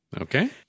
Okay